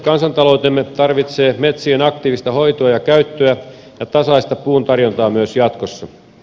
kansantaloutemme tarvitsee metsien aktiivista hoitoa ja käyttöä ja tasaista puun tarjontaa myös jatkossa